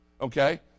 Okay